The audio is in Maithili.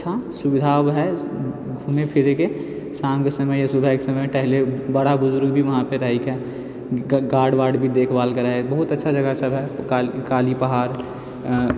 अच्छा सुविधा होबऽ है घूमे फिरेके शामके समय या सुबहके समयमे टहलै बड़ा बुजुर्ग भी वहाँपर रहिके गार्ड वार्ड भी देखभाल करऽ है बहुत अच्छा जगह सब है काली पहाड़